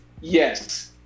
yes